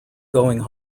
going